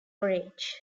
orange